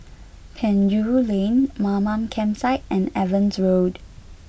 Penjuru Lane Mamam Campsite and Evans Road